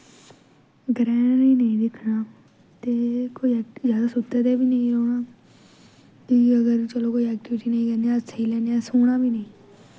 ग्रैह्न गै नेईं दिक्खना ते कोई ऐक ज्यादा सुत्ते दे बी नेईं रौह्ना दुई अगर चलो कोई ऐक्टिविटी नेईं करनी अस सेई लैन्ने आं सोना बी नेईं